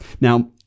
Now